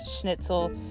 schnitzel